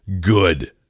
good